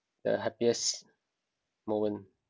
the happiest moment